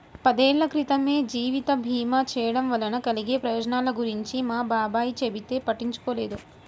పదేళ్ళ క్రితమే జీవిత భీమా చేయడం వలన కలిగే ప్రయోజనాల గురించి మా బాబాయ్ చెబితే పట్టించుకోలేదు